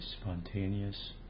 spontaneous